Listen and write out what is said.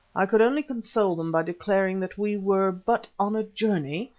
i could only console them by declaring that we were but on a journey,